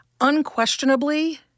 Unquestionably